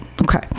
Okay